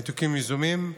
ניתוקים יזומים.